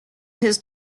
his